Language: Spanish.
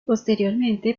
posteriormente